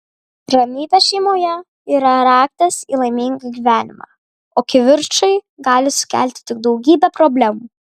ramybė šeimoje yra raktas į laimingą gyvenimą o kivirčai gali sukelti tik daugybę problemų